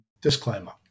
Disclaimer